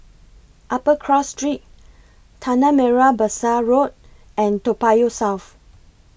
Upper Cross Street Tanah Merah Besar Road and Toa Payoh South